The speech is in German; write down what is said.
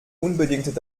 unbedingt